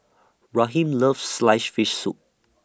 Raheem loves Sliced Fish Soup